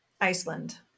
Iceland